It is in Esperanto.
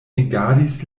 rigardis